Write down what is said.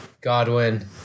Godwin